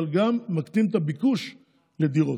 אבל גם מקטין את הביקוש לדירות: